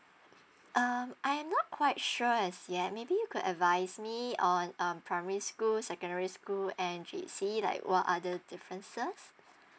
um I'm not quite sure as ya maybe you could advise me on um primary school secondary school and J_C like what are the differences